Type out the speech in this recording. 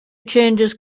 changes